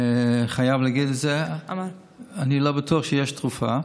אני חייב להגיד את זה, אני לא בטוח שיש תרופה.